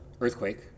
Earthquake